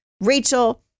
Rachel